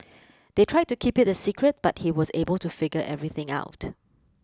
they tried to keep it the secret but he was able to figure everything out